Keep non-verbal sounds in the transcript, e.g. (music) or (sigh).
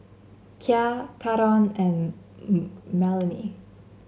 Kya Caron and (hesitation) Melanie